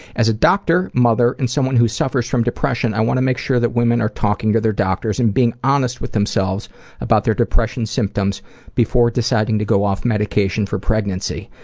as a doctor, mother, and someone who suffers from depression, i want to make sure that women are talking to their doctors and being honest with themselves about their depression symptoms before deciding to go off medication for pregnancy.